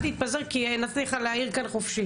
אל תתפזר כי נתתי לך להעיר כאן חופשי.